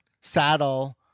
saddle